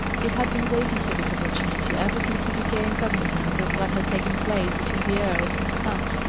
he had been waiting for this opportunity, ever since he became cognizant of what had taken place between the earl and constance.